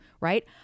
right